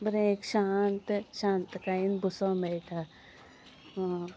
बरें एक शांत शांतकायन बसूं मेळटा